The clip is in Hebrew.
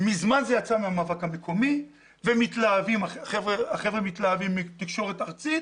זה מזמן יצא מהמאבק המקומי והחבר'ה מתלהבים מתקשורת ארצית